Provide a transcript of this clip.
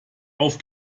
auf